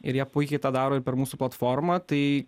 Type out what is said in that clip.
ir jie puikiai tą daro ir per mūsų platformą tai